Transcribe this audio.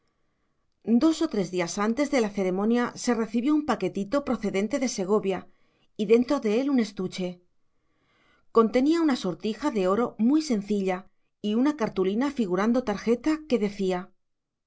dos o tres días antes de la ceremonia se recibió un paquetito procedente de segovia y dentro de él un estuche contenía una sortija de oro muy sencilla y una cartulina figurando tarjeta que decía